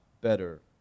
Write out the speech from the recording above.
better